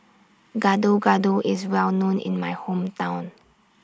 Gado Gado IS Well known in My Hometown